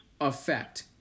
Effect